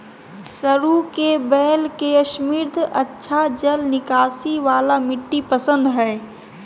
सरू के बेल के समृद्ध, अच्छा जल निकासी वाला मिट्टी पसंद हइ